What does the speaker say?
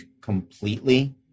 completely